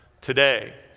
today